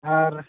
ᱟᱨ